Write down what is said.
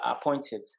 appointed